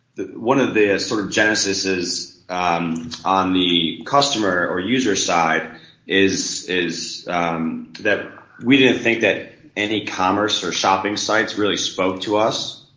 one of the sort of genesis is um on the customer or user side is is um that we didn't think that any e-commerce or shopping sites really spoke to us.